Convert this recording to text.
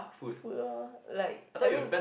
food lor like I mean